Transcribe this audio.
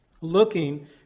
looking